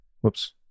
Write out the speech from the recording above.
Whoops